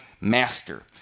master